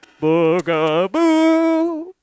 Boogaboo